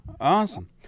Awesome